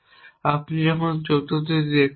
আপনি যখন চতুর্থটি দেখতে পাবেন